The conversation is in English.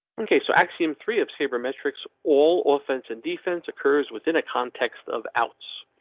ok, so axiom three of sabermetrics, all offense and defense occurs within a context of outs.